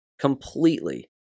Completely